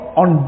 on